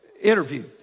interview